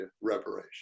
reparations